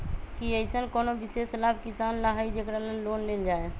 कि अईसन कोनो विशेष लाभ किसान ला हई जेकरा ला लोन लेल जाए?